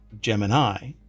Gemini